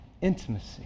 intimacy